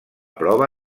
prova